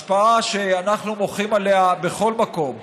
השפעה שאנחנו מוחים עליה בכל מקום,